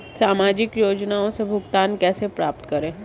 सामाजिक योजनाओं से भुगतान कैसे प्राप्त करें?